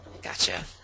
Gotcha